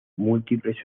múltiples